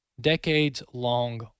decades-long